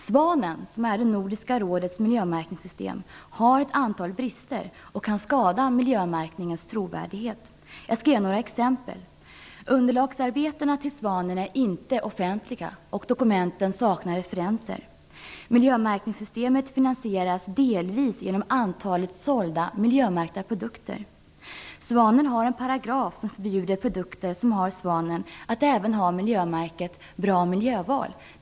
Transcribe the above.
Svanen, som är det nordiska rådets miljömärkningssystem, har ett antal brister och kan skada miljömärkningens trovärdighet. Jag skall ge några exempel. Underlagsarbetena för Svanen är inte offentliga, och dokumenten saknar referenser. Miljömärkningssystemet finansieras delvis genom sålda miljömärkta produkter. Det finns en paragraf som förbjuder produkter som är märkta med svanen att även ha miljömärket "Bra miljöval".